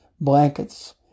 blankets